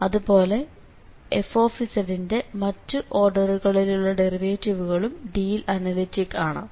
അതുപോലെ f ന്റെ മറ്റു ഓർഡറുകളിലുള്ള ഡെറിവേറ്റിവുകളും D യിൽ അനലിറ്റിക്ക് ആണ്